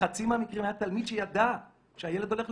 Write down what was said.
בחצי מהמקרים היה תלמיד שידע שהילד הולך להתאבד,